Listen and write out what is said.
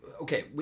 okay